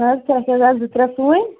frock یزار زٕ ترٛےٚ سُوٕنۍ